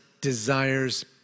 desires